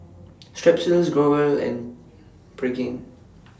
Strepsils Growell and Pregain